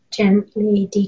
gently